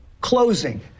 closing